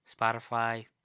Spotify